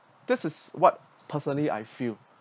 this is what personally I feel